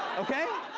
okay?